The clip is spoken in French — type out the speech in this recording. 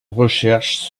recherches